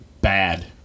bad